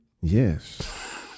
yes